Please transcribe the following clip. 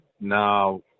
now